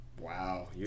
Wow